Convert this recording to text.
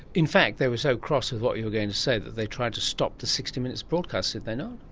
in fact, they were so cross with what you were going to say that they tried to stop the sixty minutes broadcast did they not?